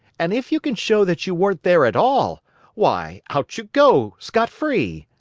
and if you can show that you weren't there at all why, out you go, scot-free.